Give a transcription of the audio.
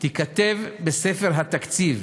תיכתב בספר התקציב,